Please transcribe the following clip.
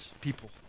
people